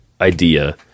idea